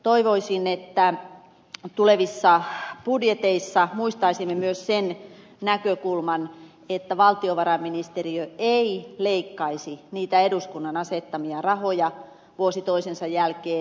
toivoisin että tulevissa budjeteissa muistaisimme myös sen näkökulman että valtiovarainministeriö ei leikkaisi niitä eduskunnan asettamia rahoja vuosi toisensa jälkeen